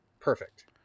perfect